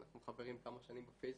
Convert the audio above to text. אנחנו חברים כמה שנים בפייסבוק,